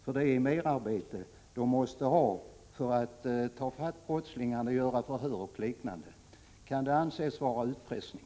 för det merarbete de måste utföra för att ta fatt brottslingen, verkställa förhör och liknande. Kan det anses vara utpressning?